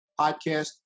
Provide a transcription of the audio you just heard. podcast